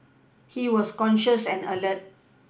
he was conscious and alert